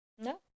No